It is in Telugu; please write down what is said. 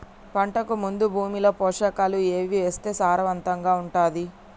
పంటకు ముందు భూమిలో పోషకాలు ఏవి వేస్తే సారవంతంగా ఉంటది?